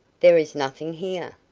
there is nothing here!